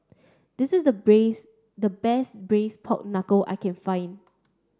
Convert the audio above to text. this is the braise the best braise pork knuckle I can find